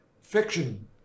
fiction